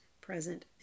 present